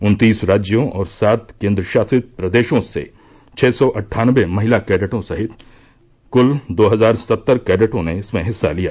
उन्तीस राज्यों और सात केन्द्रशासित प्रदेशों से छः सौ अट्ठानवे महिला कैडटों सहित कुल दो हजार सत्तर कैडटों ने इसमें हिस्सा लिया